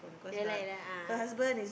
yea lah yea lah ah